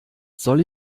soll